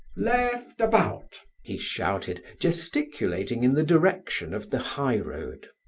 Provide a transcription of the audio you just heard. left about! he shouted, gesticulating in the direction of the highroad.